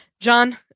John